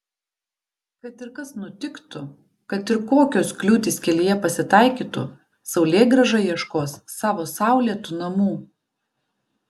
kad ir kas nutiktų kad ir kokios kliūtys kelyje pasitaikytų saulėgrąža ieškos savo saulėtų namų